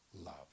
love